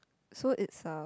so it's a